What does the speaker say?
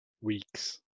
weeks